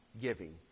giving